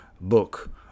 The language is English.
book